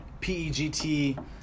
PEGT